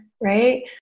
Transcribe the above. right